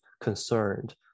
concerned